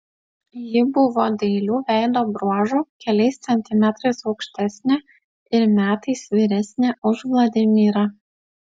ji buvo dailių veido bruožų keliais centimetrais aukštesnė ir metais vyresnė už vladimirą